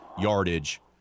yardage